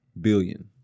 billion